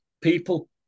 People